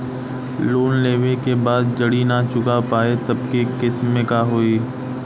Loan लेवे के बाद जड़ी ना चुका पाएं तब के केसमे का होई?